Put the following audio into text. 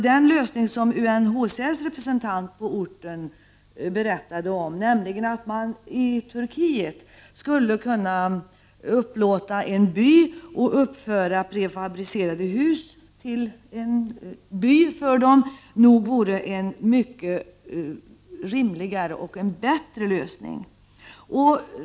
Den lösning som UNHCR:s representant på orten berättade om, nämligen att man i Turkiet skulle kunna upplåta plats och uppföra prefabricerade hus till en by för dem, vore nog en mycket rimligare och bättre lösning.